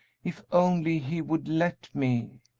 if only he would let me!